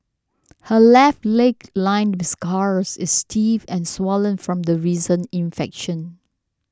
her left leg lined with scars is stiff and swollen from a recent infection